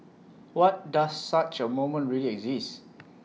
what does such A moment really exist